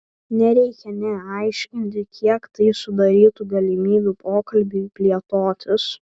nereikia nė aiškinti kiek tai sudarytų galimybių pokalbiui plėtotis